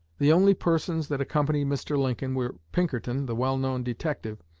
the only persons that accompanied mr. lincoln were pinkerton, the well-known detective,